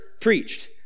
preached